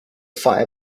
fire